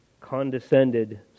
condescended